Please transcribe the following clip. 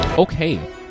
Okay